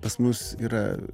pas mus yra